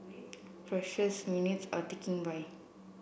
precious minutes are ticking by